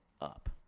up